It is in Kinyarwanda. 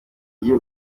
iyo